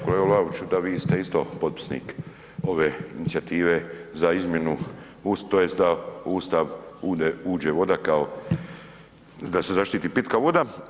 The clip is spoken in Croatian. Kolega Vlaoviću, da vi ste isto potpisnik ove inicijative za izmjenu tj. da u Ustav uđe voda kao da se zaštiti pitka voda.